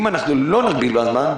אנחנו חייבים להגביל בזמן.